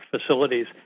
facilities